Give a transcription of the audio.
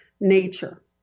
nature